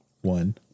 One